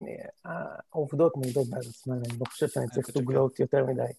העובדות מעידות בעד עצמן, אני לא חושב שאני צריך to gloat יותר מדי.